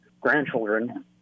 grandchildren